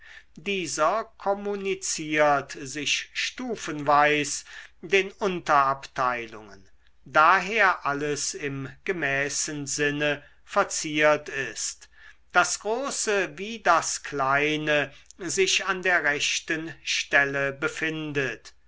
dieser kommuniziert sich stufenweis den unterabteilungen daher alles im gemäßen sinne verziert ist das große wie das kleine sich an der rechten stelle befindet